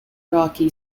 rocky